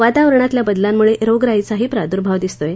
वातावरणातल्या बदलांमुळे रोगराईचाही प्रादुर्भाव दिसतोय